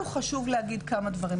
לנו חשוב להגיד כמה דברים.